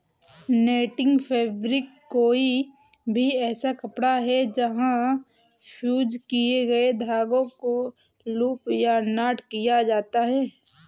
netting fabric कोई भी ऐसा कपड़ा है जहाँ फ़्यूज़ किए गए धागों को लूप या नॉट किया जाता है